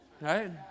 Right